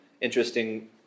interesting